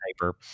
paper